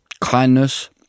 kindness